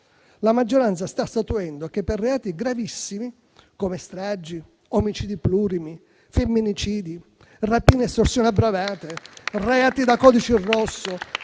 la maggioranza sta statuendo che per reati gravissimi (come stragi, omicidi plurimi, femminicidi, rapina, estorsione aggravata, reati da codice rosso,